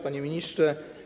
Panie Ministrze!